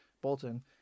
Bolton